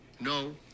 No